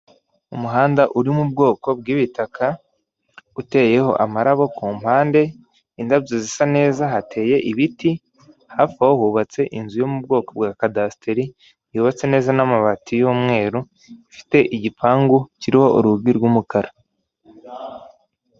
Umuhanda uri mu bwoko bw'ibitaka, uteyeho amaraba kumpande indabyo zisa neza hateye ibiti hafi aho hubatse inzu yo mu bwoko bwa kadasiteri yubatse neza n'amabati yumweru ifite igipangu kiriho urugi rw'umukara.